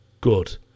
good